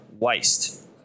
waste